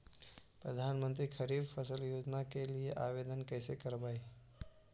प्रधानमंत्री खारिफ फ़सल योजना के लिए आवेदन कैसे करबइ?